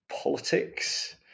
politics